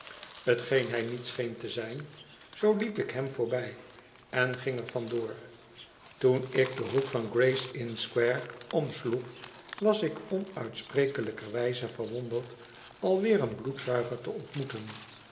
t geen hij niet scheen te zijn zoo liep ik hem voorbij en ging er van door toen ik den hoek van gray's inn squareomsloeg wasikonuitsprekelijkerwijze verwonderd alweer een bloedzuiger te ontmoeten